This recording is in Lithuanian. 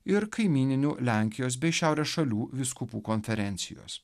ir kaimyninių lenkijos bei šiaurės šalių vyskupų konferencijos